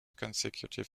consecutive